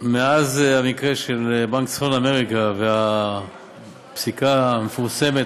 מאז המקרה של בנק צפון אמריקה והפסיקה המפורסמת,